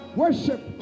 worship